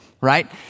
right